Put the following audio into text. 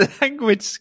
language